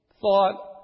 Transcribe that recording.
thought